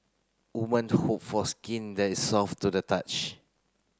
woman hope for skin that is soft to the touch